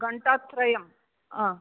घण्टात्रयं हा